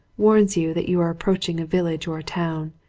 warns you that you are approaching a village or a town,